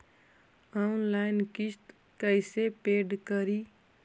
Online किस्त कैसे paid करि?